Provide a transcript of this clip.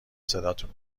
صداتون